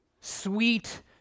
sweet